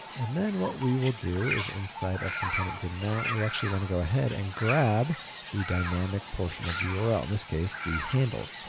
and then, what we will do is inside of componentdidmount we actually want to go ahead and grab the dynamic portion of the url, in this case, the handle.